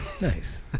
Nice